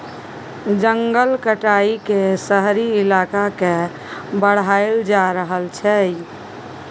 जंगल काइट के शहरी इलाका के बढ़ाएल जा रहल छइ